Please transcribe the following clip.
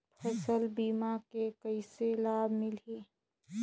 फसल बीमा के कइसे लाभ मिलही?